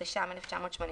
התש"ם-1980,